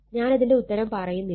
ഞാനിതിന്റെ ഉത്തരം പറയുന്നില്ല